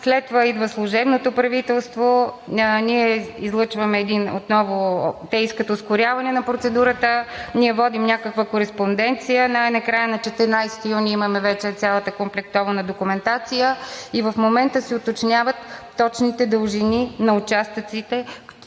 След това идва служебното правителство. Те искат ускоряване на процедурата, ние водим някаква кореспонденция. Най-накрая на 14 юни имаме вече цялата комплектована документация и в момента се уточняват точните дължини на участъците,